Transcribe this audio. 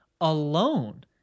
alone